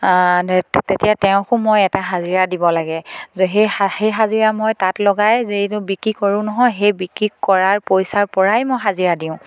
তেতিয়া তেওঁকো মই এটা হাজিৰা দিব লাগে সেই সেই হাজিৰা মই তাঁত লগাই যিটো বিক্ৰী কৰোঁ নহয় সেই বিক্ৰী কৰাৰ পইচাৰ পৰাই মই হাজিৰা দিওঁ